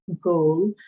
goal